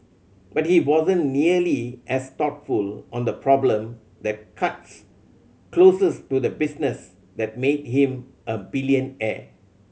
but he wasn't nearly as thoughtful on the problem that cuts closest to the business that made him a billionaire